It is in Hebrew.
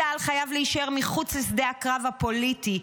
צה"ל חייב להישאר מחוץ לשדה הקרב הפוליטי.